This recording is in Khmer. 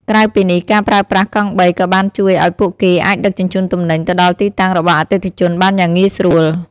ក្រៅពីនេះ ការប្រើប្រាស់កង់បីក៏បានជួយឱ្យពួកគេអាចដឹកជញ្ជូនទំនិញទៅដល់ទីតាំងរបស់អតិថិជនបានយ៉ាងងាយស្រួល។